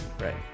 Right